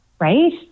right